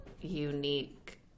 unique